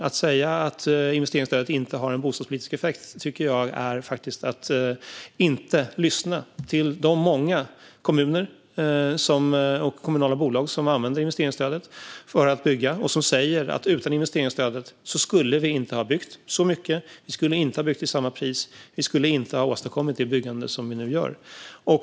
Att säga att investeringsstödet inte har en bostadspolitisk effekt tycker jag faktiskt är att inte lyssna till de många kommuner och kommunala bolag som använder investeringsstödet för att bygga och som säger att de utan investeringsstödet inte hade byggt så mycket, inte hade byggt till samma pris och inte hade åstadkommit det byggande de nu gör.